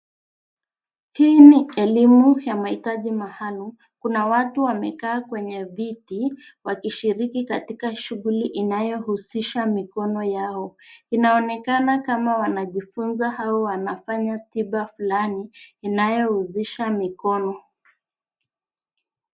Hii ni elimu ya mahitaji maalum, kuna watu wamekaa kwenye viti wakishiriki katika shughuli inayo hususha mikono yao, inaonekana kama wanajifunza au wanafanya tiba fulani, inayohusisha mikono.